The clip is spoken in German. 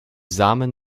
samen